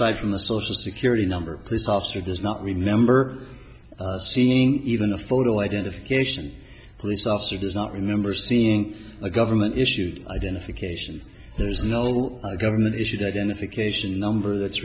e from the social security number police officer does not remember seeing even a photo identification police officer does not remember seeing a government issued identification there's no government issued identification number that's